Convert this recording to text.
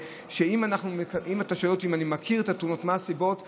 אם אתה שואל אותי אם אני מכיר את התאונות ואת הסיבות להן,